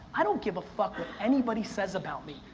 i don't give a fuck what anybody says about me,